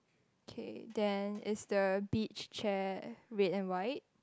okay then is the beach chair red and white